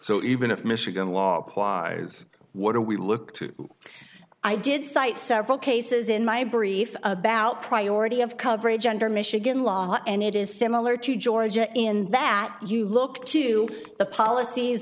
so even if michigan law applies what do we look to i did cite several cases in my brief about priority of coverage under michigan law and it is similar to georgia in that you look to the policies